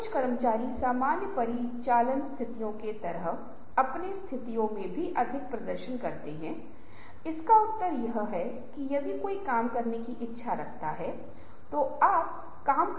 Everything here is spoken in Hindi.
और जब लोग निर्णय लेने में खुद को शामिल करते हैं तो समाधानों की स्वीकृति होगी लेकिन फिर यह सवाल आता है कि यह समूह कितना बड़ा होगा